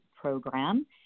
Program